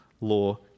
law